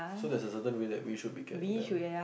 so there's a certain way that we should be carrying them